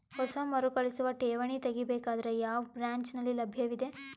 ಹೊಸ ಮರುಕಳಿಸುವ ಠೇವಣಿ ತೇಗಿ ಬೇಕಾದರ ಯಾವ ಬ್ರಾಂಚ್ ನಲ್ಲಿ ಲಭ್ಯವಿದೆ?